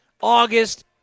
August